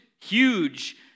huge